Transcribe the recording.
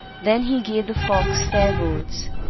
then he gave the fox fair words,